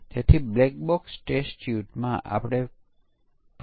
અને તેમાંથી કેટલાક બીટા પરીક્ષણ માટે સ્વયંસેવક બની શકે છે